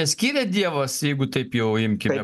skiria dievas jeigu taip jau imkime